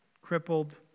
crippled